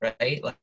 right